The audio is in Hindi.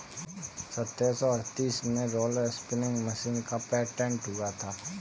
सत्रह सौ अड़तीस में रोलर स्पीनिंग मशीन का पेटेंट हुआ था